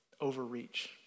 overreach